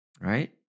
right